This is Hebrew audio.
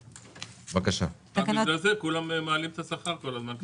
בגלל זה כולם מעלים את השכר כל הזמן,